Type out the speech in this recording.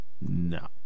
No